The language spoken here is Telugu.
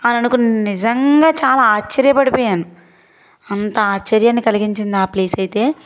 అననుకున్నాను నిజంగా చాలా ఆశ్చర్యపడిపోయాను అంత ఆశ్చర్యాన్ని కలిగించింది ఆ ప్లేస్ అయితే